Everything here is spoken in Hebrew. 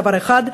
דבר אחד: